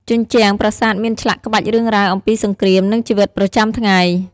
ជញ្ជាំងប្រាសាទមានឆ្លាក់ក្បាច់រឿងរ៉ាវអំពីសង្គ្រាម និងជីវិតប្រចាំថ្ងៃ។